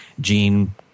Gene –